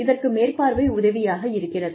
இதற்கு மேற்பார்வை உதவியாக இருக்கிறது